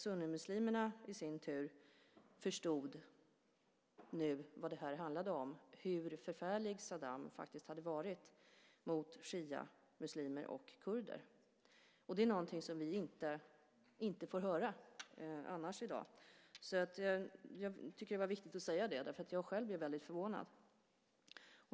Sunnimuslimerna i sin tur förstod nu vad det här handlade om, hur förfärlig Saddam faktiskt hade varit mot shiamuslimer och kurder. Det är någonting som vi inte får höra annars i dag. Jag tycker att det var viktigt att säga detta. Jag blev själv väldigt förvånad.